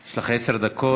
יש לך עשר דקות.